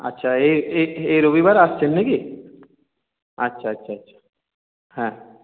আচ্ছা এ এ এ রবিবার আসছেন নাকি আচ্ছা আচ্ছা আচ্ছা হ্যাঁ